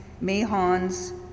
Mahon's